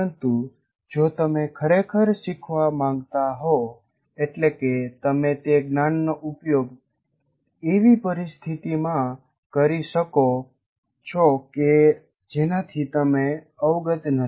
પરંતુ જો તમે ખરેખર શીખવા માંગતા હો એટલે કે તમે તે જ્ઞાનનો ઉપયોગ એવી પરિસ્થિતિમાં કરી શકો છો કે જેનાથી તમે અવગત નથી